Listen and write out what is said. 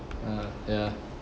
uh ya